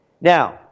Now